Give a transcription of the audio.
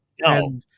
no